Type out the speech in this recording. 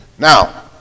Now